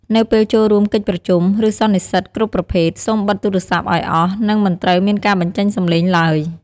នៅពេលចូលរួមកិច្ចប្រជុំ ឬសន្និសិទគ្រប់ប្រភេទ សូមបិទទូរស័ព្ទឲ្យអស់ និងមិនត្រូវមានការបញ្ចេញសំឡេងឡើយ។